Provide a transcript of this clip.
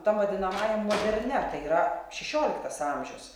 tam vadinamajam modernia tai yra šešioliktas amžius